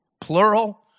Plural